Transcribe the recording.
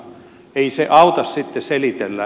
ei se auta sitten selitellä